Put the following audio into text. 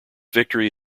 victory